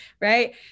right